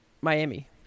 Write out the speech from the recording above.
Miami